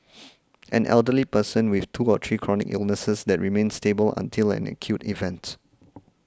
an elderly person with two to three chronic illnesses that remain stable until an acute event